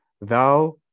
Thou